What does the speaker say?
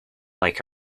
like